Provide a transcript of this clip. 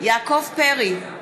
יעקב פרי,